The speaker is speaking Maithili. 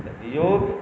तऽ योग